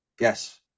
yes